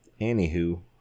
anywho